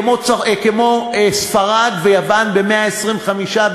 כמו ספרד ויוון ב-125%,